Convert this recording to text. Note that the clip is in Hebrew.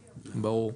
ברור.